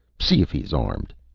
see if he is armed.